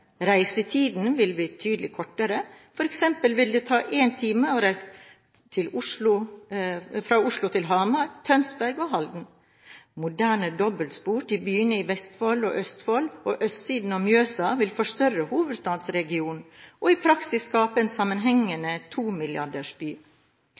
reise fra Oslo til Hamar, Tønsberg eller Halden. Moderne dobbeltspor til byene i Vestfold, Østfold og på østsiden av Mjøsa vil forstørre hovedstadsregionen og i praksis skape en